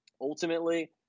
ultimately